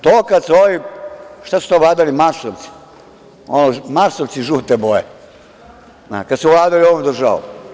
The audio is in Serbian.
To kad su ovi, šta su to vladali, marsovci, marsovci žute boje, kad su vladali ovom državom.